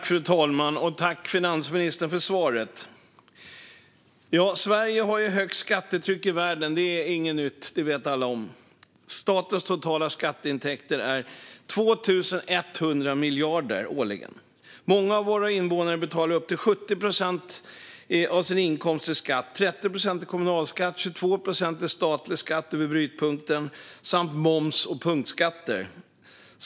Fru talman! Jag tackar finansministern för svaret. Sverige har högst skattetryck i världen. Det är inget nytt. Det vet alla om. Statens totala skatteintäkter är 2 100 miljarder årligen. Många av våra invånare betalar upp till 70 procent av sin inkomst i skatt - 30 procent i kommunalskatt, 22 procent i statlig skatt över brytpunkten samt moms och punktskatter.